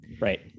Right